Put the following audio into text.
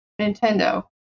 Nintendo